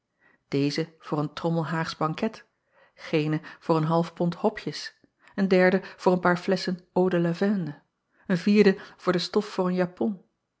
deze voor een trommel aagsch banket gene voor een half pond hopjes een derde voor een paar flesschen eau de lavende een vierde voor stof voor een japon